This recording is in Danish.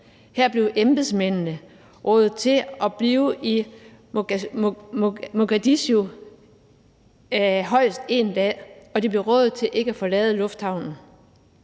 Her blev embedsmændene rådet til at blive i Mogadishu højst én dag, og de blev rådet til ikke at forlade lufthavnen.